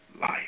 life